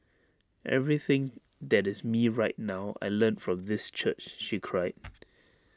everything that is me right now I learnt from this church she cried